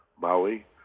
Maui